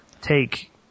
take